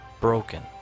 broken